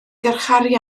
garcharu